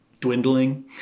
dwindling